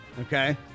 Okay